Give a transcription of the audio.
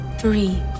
three